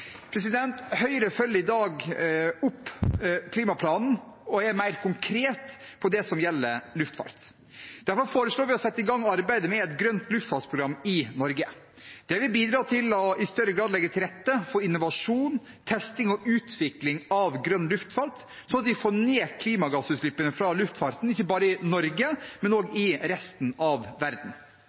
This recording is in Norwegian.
Høyre følger i dag opp klimaplanen og er mer konkret på det som gjelder luftfart. Derfor foreslår vi å sette i gang arbeidet med et grønt luftfartsprogram i Norge. Det vil bidra til i større grad å legge til rette for innovasjon, testing og utvikling av grønn luftfart, sånn at vi får ned klimagassutslippene fra luftfarten, ikke bare i Norge, men også i resten av verden.